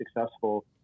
successful